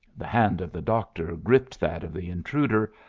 the hand of the doctor gripped that of the intruder,